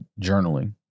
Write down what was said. journaling